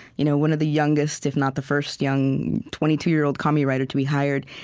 you know one of the youngest, if not the first, young, twenty two year old comedy writer to be hired.